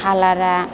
कालारा